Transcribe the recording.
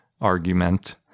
argument